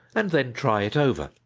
and then try it over.